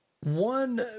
One